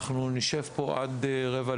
אנחנו נשב פה עד 13:45,